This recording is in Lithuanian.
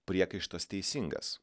priekaištas teisingas